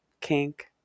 kink